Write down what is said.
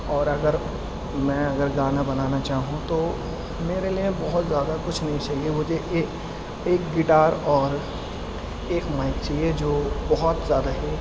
اور اگر میں اگر گانا بنانا چاہوں تو میرے لیے بہت زیادہ کچھ نہیں چاہیے مجھے ایک گٹار اور ایک مائک چاہیے جو بہت زیادہ ہی